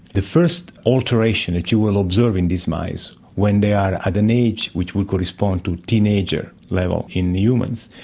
the first alteration that you will observe in these mice when they are at an age which we could respond to teenager level in humans,